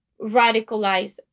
radicalize